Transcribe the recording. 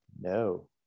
No